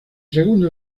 segundo